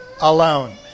alone